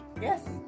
yes